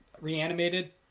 reanimated